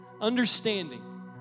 understanding